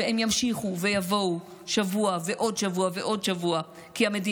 והם ימשיכו ויבואו שבוע ועוד שבוע ועוד שבוע,